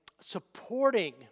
supporting